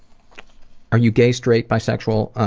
are you gay, straight, bisexual?